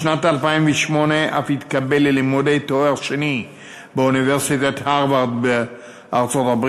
בשנת 2008 אף התקבל ללימודי תואר שני באוניברסיטת הרווארד בארצות-הברית,